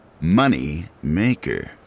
Moneymaker